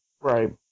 Right